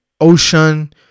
Ocean